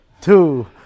two